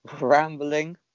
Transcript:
rambling